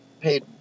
paid